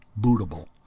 bootable